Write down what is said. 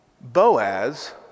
Boaz